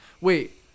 Wait